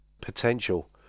potential